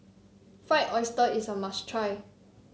Fried Oyster is a must try